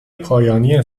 پایانی